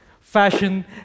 Fashion